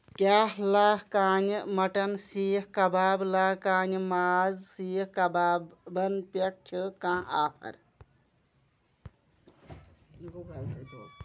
کیٛاہ لا کانے مٹن سیکھ کباب لا کانے ماز سیٖکھ کبابن پٮ۪ٹھ چھِ کانٛہہ آفر